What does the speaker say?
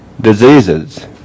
diseases